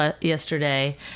yesterday